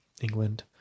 England